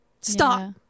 stop